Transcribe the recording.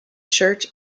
church